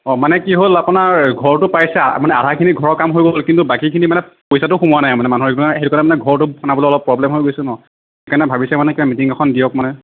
অ' মানে কি হ'ল আপোনাৰ ঘৰটো পাইছে মানে আধাখিনি ঘৰৰ কাম হৈ গ'ল কিন্তু বাকীখিনি মানে পইচাটো সোমোৱা নাই মানে মানুহৰ সেইটো কাৰণে ঘৰতো বনাবলৈ অলপ প্ৰব্লেম হৈ গৈছে ন' সেইকাৰণে ভাবিছে মানে মিটিং এখন দিয়ক মানে